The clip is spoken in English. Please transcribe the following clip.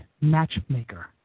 matchmaker